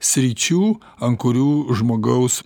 sričių ant kurių žmogaus